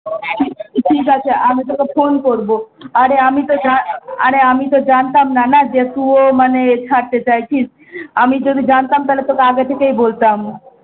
ঠিক আছে আমি তোকে ফোন করবো আরে আমি তো যা আরে আমি তো জানতাম না না যে তুও মানে ছাড়তে চাইছিস আমি যদি জানতাম তাহলে তোকে আগে থেকেই বলতাম